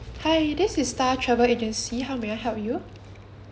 hi this is star travel agency how may I help you